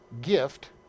gift